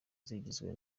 zigizwe